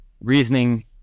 reasoning